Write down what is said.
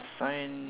sign